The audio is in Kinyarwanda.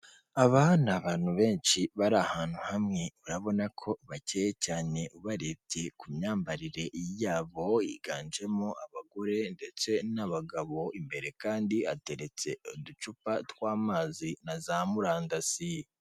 Abandi abantu benshi bari ahantu hamwe urabona ko bakeye cyane ubarebye ku myambarire yabo higanjemo abagore ndetse n'abagabo imbere kandi ateretse uducupa tw'amazi na za murandasi.